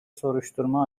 soruşturma